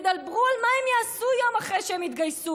תדברו על מה הם יעשו יום אחרי שהם יתגייסו.